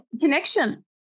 connection